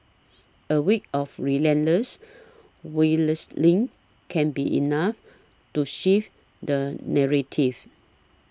a week of relentless lane can be enough to shift the narrative